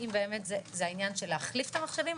האם באמת זה עניין של להחליף את המחשבים,